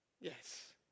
Yes